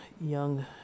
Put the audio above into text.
young